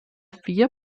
vier